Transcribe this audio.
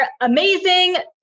amazing